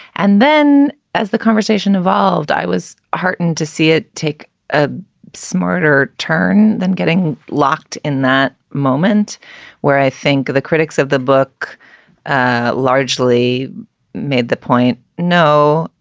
and then as the conversation evolved, i was heartened to see it take a smarter turn than getting locked in that moment where i think the critics of the book ah largely made the point. no,